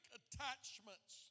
attachments